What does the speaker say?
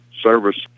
service